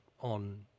on